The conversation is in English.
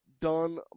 done